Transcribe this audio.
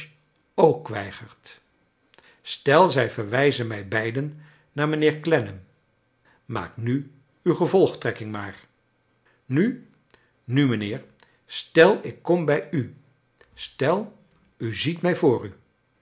ook weigert stel zij verwijzen mij beiden naar mijnheer clennam maak nu uw gevolgtrekking maar nu nu mijnheer stel ik kom bij u stel u ziet mij voor u